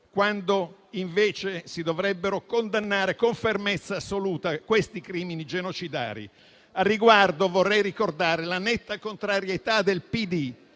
quando invece si dovrebbero condannare con fermezza assoluta questi crimini genocidari. Al riguardo, vorrei ricordare la netta contrarietà del PD,